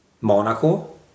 Monaco